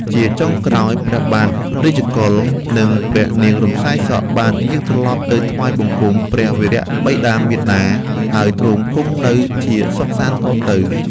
ជាចុងក្រោយ ព្រះបាទរាជកុល និងព្រះនាងរំសាយសក់ បានយាងត្រឡប់ទៅថ្វាយបង្គំព្រះវរបិតាមាតា ហើយទ្រង់គង់នៅជាសុខសាន្តតទៅ។